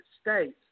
States